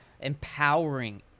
Empowering